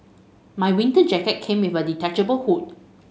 my winter jacket came with a detachable hood